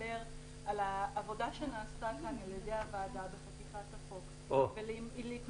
ולדבר על העבודה שנעשתה כאן על ידי הוועדה בחקיקת החוק ולהתמקד.